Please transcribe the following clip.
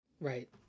Right